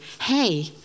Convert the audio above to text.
hey